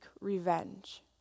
revenge